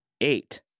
Eight